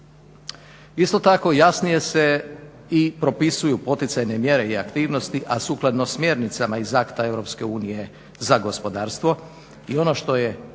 Isto tako, jasnije se propisuju poticajne mjere i aktivnosti, a sukladno smjernicama iz akta EU za gospodarstvo.